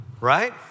Right